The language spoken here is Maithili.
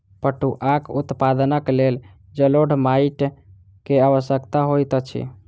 पटुआक उत्पादनक लेल जलोढ़ माइट के आवश्यकता होइत अछि